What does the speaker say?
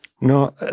No